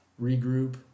Regroup